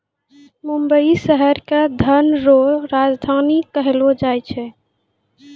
मुंबई शहर के धन रो राजधानी कहलो जाय छै